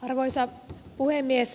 arvoisa puhemies